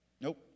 Nope